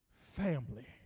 family